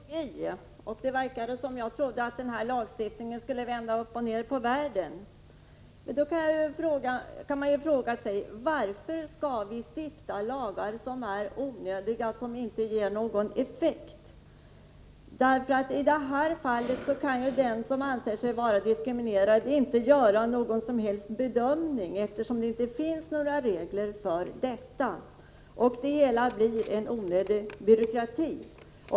Herr talman! Karin Andersson säger att jag tog i. Hon säger att det verkar som om jag trodde att lagstiftningen på detta område skulle vända upp och ned på världen. Då vill jag fråga: Varför skall vi stifta lagar som är onödiga, som inte ger någon effekt? I det här fallet kan ju den som anser sig vara diskriminerad inte göra någon som helst bedömning, eftersom det inte finns några regler att rätta sig efter. Det hela resulterar i en onödig byråkrati.